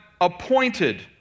appointed